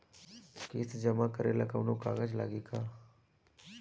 किस्त जमा करे ला कौनो कागज लागी का?